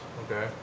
Okay